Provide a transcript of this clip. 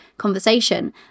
Conversation